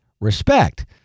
respect